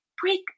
break